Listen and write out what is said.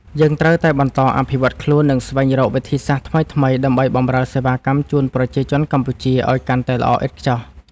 យើងត្រូវតែបន្តអភិវឌ្ឍខ្លួន និងស្វែងរកវិធីសាស្ត្រថ្មីៗដើម្បីបម្រើសេវាកម្មជូនប្រជាជនកម្ពុជាឱ្យកាន់តែល្អឥតខ្ចោះ។